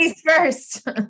first